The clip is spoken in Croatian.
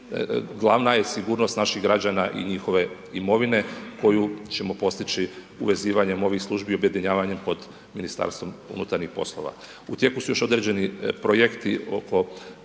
glavna je sigurnost naših građana i njihove imovine, koju ćemo postići uvezivanjem ovih službi objedinjavanjem pod Ministarstvom unutarnjih poslova.